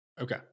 Okay